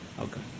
Okay